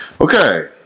Okay